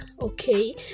Okay